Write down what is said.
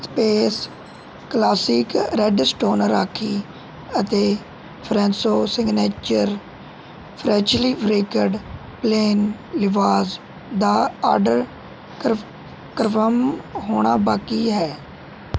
space classic red stone Rakhi ਅਤੇ ਫਰੈਂਸੋ signature freshly ਬ੍ਰੇਕਡ ਪਲੇਨ ਲਿਵਾਸ ਦਾ ਔਡਰ ਕਰ ਕਰਫਰਮ ਹੋਣਾ ਬਾਕੀ ਹੈ